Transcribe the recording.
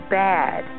bad